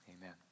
amen